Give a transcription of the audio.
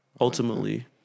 ultimately